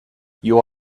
you